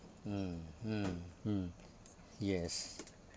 mm mm mm yes